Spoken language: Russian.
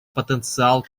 потенциал